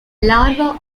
larva